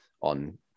on